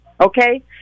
Okay